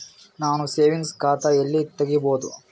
ನಾನು ಸೇವಿಂಗ್ಸ್ ಖಾತಾ ಎಲ್ಲಿ ತಗಿಬೋದು?